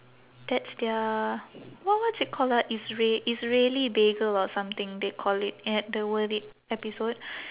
that's their what what's it called ah isra~ israeli bagel or something they call it uh the worth it episode